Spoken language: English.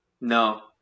no